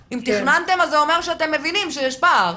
תכננתם, אז זה אומר שאתם מבינים שיש פער.